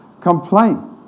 complain